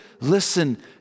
listen